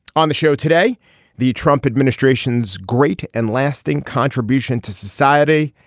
on the show today the trump administration's great and lasting contribution to society.